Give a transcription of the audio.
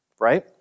Right